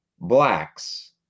blacks